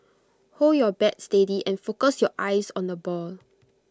hold your bat steady and focus your eyes on the ball